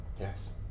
Yes